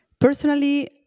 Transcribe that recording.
personally